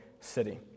city